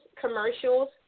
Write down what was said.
commercials